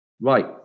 Right